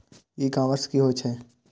ई commerce की होय छेय?